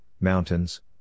Mountains